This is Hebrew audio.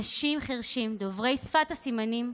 אנשים חירשים דוברי שפת הסימנים,